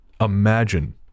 imagine